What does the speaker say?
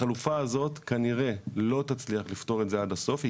החלופה הזאת כנראה לא תצליח לפתור את זה עד הסוף.